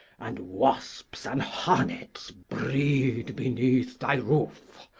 and wasps and hornets breed beneath thy roof,